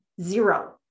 zero